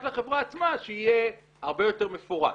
רק לחברה עצמה שיהיה הרבה יותר מפורט.